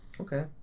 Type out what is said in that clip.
Okay